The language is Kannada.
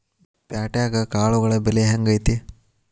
ಪ್ಯಾಟ್ಯಾಗ್ ಕಾಳುಗಳ ಬೆಲೆ ಹೆಂಗ್ ಐತಿ?